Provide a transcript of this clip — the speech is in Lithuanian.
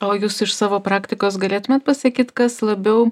o jūs iš savo praktikos galėtumėt pasakyt kas labiau